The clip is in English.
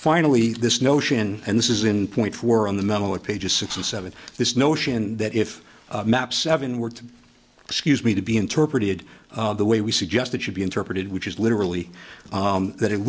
finally this notion and this is in point we're in the middle of pages six and seven this notion that if maps seven words excuse me to be interpreted the way we suggest it should be interpreted which is literally that it